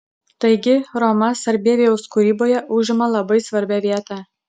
taigi roma sarbievijaus kūryboje užima labai svarbią vietą